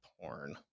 porn